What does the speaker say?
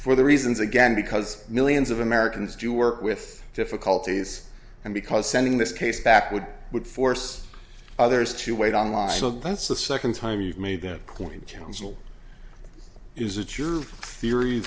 for the reasons again because millions of americans do work with difficulties and because sending this case back would would force others to wait on line so that's the second time you've made that point counsel is it your theory